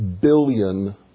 billion